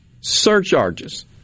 surcharges